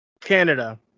Canada